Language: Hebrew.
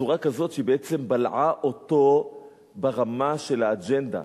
בצורה כזאת שהיא בעצם בלעה אותו ברמה של האג'נדה,